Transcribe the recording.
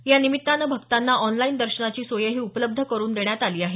यानिमित्तानं भक्तांना ऑनलाईन दर्शनाची सोयही उपलब्ध करून देण्यात आली आहे